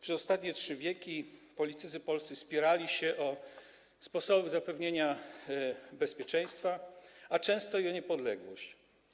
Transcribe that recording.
Przez ostatnie trzy wieki polscy politycy spierali się o sposób zapewnienia bezpieczeństwa, a często i niepodległości.